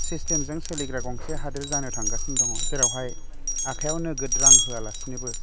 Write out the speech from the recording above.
सिस्टेमजों सोलिग्रा गंसे हादर जानो थांगोसिनो दं जेरावहाय आखायाव नोगोद रां होआलासिनोबो